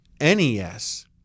NES